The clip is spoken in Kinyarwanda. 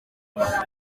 rwanda